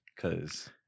Cause